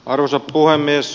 arvoisa puhemies